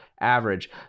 average